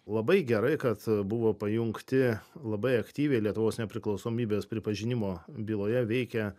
labai gerai kad buvo pajungti labai aktyviai lietuvos nepriklausomybės pripažinimo byloje veikė